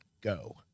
go